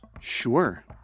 Sure